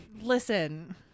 Listen